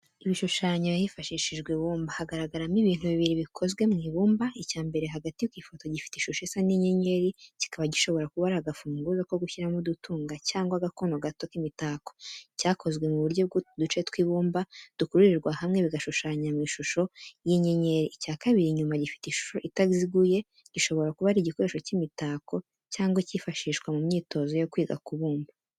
Ibishushanyo hifashishijwe ibumba. Hagaragaramo ibintu bibiri bikozwe mu ibumba. Icya mbere hagati ku ifoto gifite ishusho isa n’inyenyeri, kikaba gishobora kuba ari agafunguzo ko gushyiramo udutunga cyangwa agakono gato k’imitako, cyakozwe mu buryo bw'utu duce tw’ibumba dukururirwa hamwe bigashushanywa mu ishusho y’inyenyeri. Icya kabiri inyuma gifite ishusho itaziguye, gishobora kuba ari igikoresho cy’imitako cyangwa icyifashishwa mu myitozo yo kwiga kubumba.